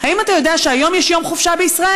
האם אתה יודע שהיום יש יום חופשה בישראל?